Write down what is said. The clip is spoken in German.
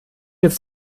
jetzt